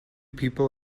people